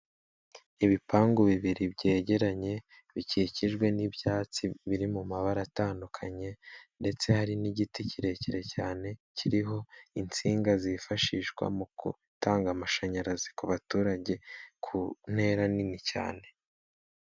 Ibipangu bibiri byegeranye bikikijwe n'ibyatsi biri mu mabara atandukanye, ndetse hari n'igiti kirekire cyane kiriho insinga zifashishwa mu gutanga amashanyarazi ku baturage ku ntera nini cyane.